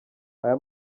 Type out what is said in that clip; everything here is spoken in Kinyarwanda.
aya